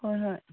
ꯍꯣꯏ ꯍꯣꯏ